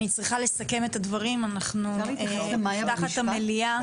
אני צריכה לסכם את הדברים, אנחנו נפתח את המליאה.